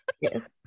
Yes